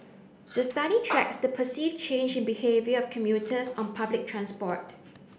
the study tracks the perceived change in behaviour of commuters on public transport